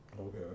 Okay